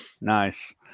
Nice